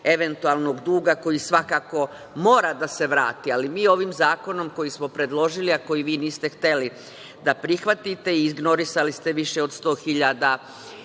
eventualnog duga, koji svakako mora da se vrati. Mi ovim zakonom koji smo predložili, a koji vi niste hteli da prihvatite, ignorisali ste više od sto